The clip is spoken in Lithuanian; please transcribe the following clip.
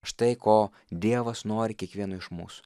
štai ko dievas nori kiekvieno iš mūsų